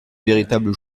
véritables